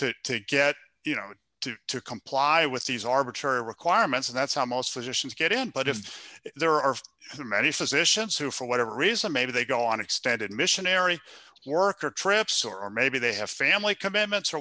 to to get you know two to comply with these arbitrary requirements and that's how most physicians get in but if there are too many physicians who for whatever reason maybe they go on extended missionary work or trips or maybe they have family commitments or